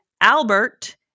Albert